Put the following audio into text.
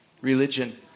religion